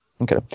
Okay